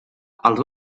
els